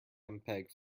mpeg